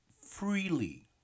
freely